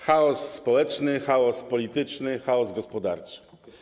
Chaos społeczny, chaos polityczny, chaos gospodarczy.